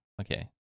Okay